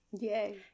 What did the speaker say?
yay